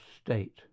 state